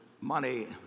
money